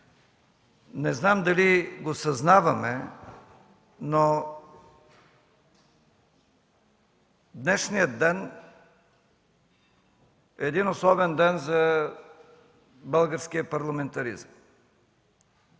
Не знам дали го съзнаваме, но днешният ден е един особен ден за българския парламентаризъм.